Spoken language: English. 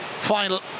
final